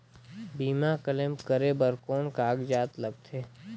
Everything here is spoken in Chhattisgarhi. बीमा क्लेम करे बर कौन कागजात लगथे?